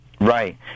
right